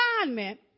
assignment